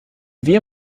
wie